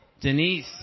Denise